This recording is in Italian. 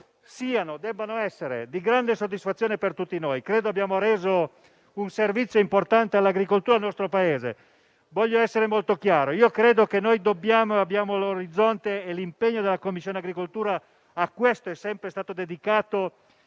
devono essere di grande soddisfazione per tutti noi. Abbiamo reso un servizio importante all'agricoltura e al nostro Paese. Voglio essere molto chiaro. Credo che abbiamo all'orizzonte - e l'impegno della Commissione agricoltura a questo è sempre stato dedicato